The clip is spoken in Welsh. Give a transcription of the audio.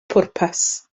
pwrpas